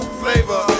flavor